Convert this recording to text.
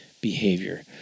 behavior